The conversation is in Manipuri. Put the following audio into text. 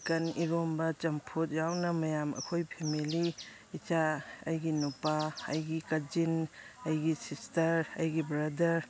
ꯆꯤꯀꯟ ꯏꯔꯣꯟꯕ ꯆꯝꯐꯨꯠ ꯌꯥꯎꯅ ꯃꯌꯥꯝ ꯑꯩꯈꯣꯏ ꯐꯦꯃꯤꯂꯤ ꯏꯆꯥ ꯑꯩꯒꯤ ꯅꯨꯄꯥ ꯑꯩꯒꯤ ꯀꯖꯤꯟ ꯑꯩꯒꯤ ꯁꯤꯁꯇꯔ ꯑꯩꯒꯤ ꯕ꯭ꯔꯥꯗꯔ